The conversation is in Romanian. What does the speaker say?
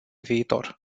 viitor